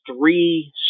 three